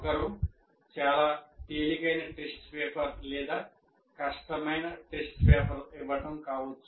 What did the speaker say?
ఒకరు చాలా తేలికైన టెస్ట్ పేపర్ లేదా కష్టమైన టెస్ట్ పేపర్ ఇవ్వడం కావచ్చు